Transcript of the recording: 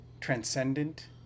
transcendent